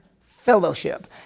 fellowship